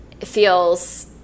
feels –